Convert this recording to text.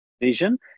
vision